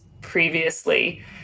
previously